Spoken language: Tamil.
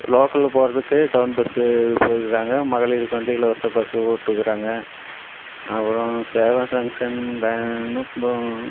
லோக்கலில் போகிறதுக்கு டவுன் பஸ்ஸு போயிக்கிறாங்க மகளிர்க்கு வந்து இலவச பஸ்ஸு விட்டுக்குறாங்க அப்பறம் சேலம் ஜங்ஷன்